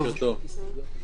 בוקר טוב.